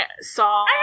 saw